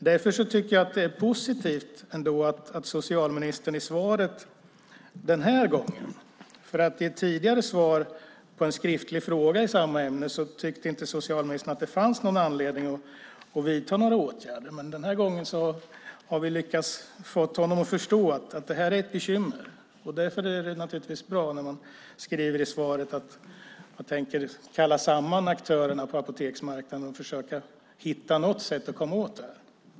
Därför tycker jag ändå att socialministerns svar är positivt. I ett tidigare svar på en skriftlig fråga i samma ämne tyckte inte socialministern att det fanns någon anledning att vidta åtgärder, men denna gång har vi lyckats få honom att förstå att det här är ett bekymmer. Därför är det naturligtvis bra att han skriver i svaret att han tänker kalla samman aktörerna på apoteksmarknaden och försöka hitta något sätt att komma åt det.